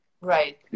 Right